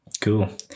cool